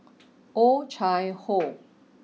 Oh Chai Hoo